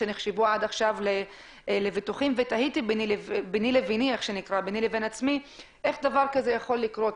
שנחשבו עד עכשיו לבטוחים ותהיתי ביני לביני איך דבר כזה יכול לקרות?